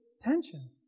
tension